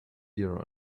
beer